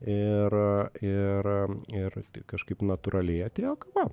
ir ir ir kažkaip natūraliai atėjo kava